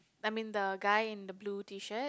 I mean the guy in the blue T-shirt